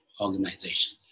organization